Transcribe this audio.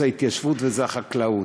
ההתיישבות והחקלאות.